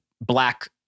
black